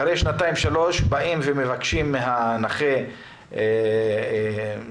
אחרי שנתיים שלוש מבקשים לבדוק מחדש את הנכות